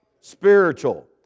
spiritual